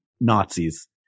Nazis